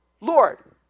Lord